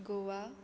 Goa